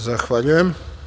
Zahvaljujem.